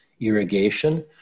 irrigation